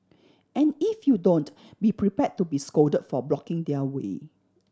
and if you don't be prepare to be scold for blocking their way